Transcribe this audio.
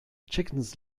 chickens